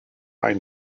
ein